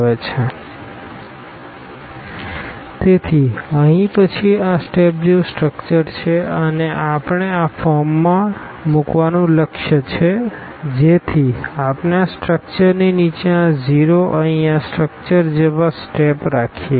A|b⊠ | 0 0 ⊠| 0 0 0 ⊠| 0 0 0 0 || 0 0 0 0 ⊠| 0 0 || 0 0 | તેથી અહીં પછી આ સ્ટેપ જેવું સ્ટરકચર છે અને આપણે આ ફોર્મમાં મૂકવાનું લક્ષ્ય છે જેથી આપણે આ સ્ટ્રક્ચરની નીચે આ 0s અહીં આ સ્ટ્રક્ચર જેવા સ્ટેપ રાખીએ